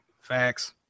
Facts